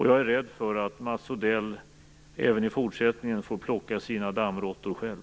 Jag är rädd för att Mats Odell även i fortsättningen får plocka sina dammråttor själv.